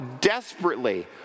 desperately